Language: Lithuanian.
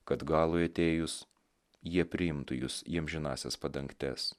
kad galui atėjus jie priimtų jus į amžinąsias padangtes